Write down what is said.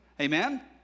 amen